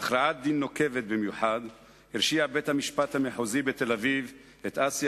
בהכרעת דין נוקבת במיוחד הרשיע בית-המשפט המחוזי בתל-אביב את אסי